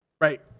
Right